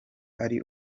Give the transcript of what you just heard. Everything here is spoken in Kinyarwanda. ari